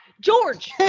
George